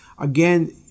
Again